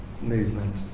movement